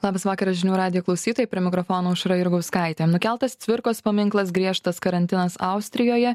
labas vakaras žinių radijo klausytojai prie mikrofono aušra jurgauskaitė nukeltas cvirkos paminklas griežtas karantinas austrijoje